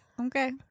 Okay